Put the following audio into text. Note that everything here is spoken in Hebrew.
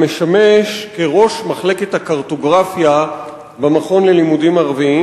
המשמש כראש מחלקת הקרטוגרפיה במכון ללימודים ערביים,